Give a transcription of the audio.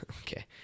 Okay